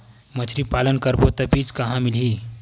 मछरी पालन करबो त बीज कहां मिलही?